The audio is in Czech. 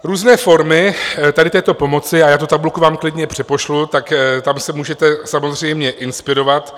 Různé formy tady této pomoci, a já tu tabulku vám klidně přepošlu, tam se můžete samozřejmě inspirovat.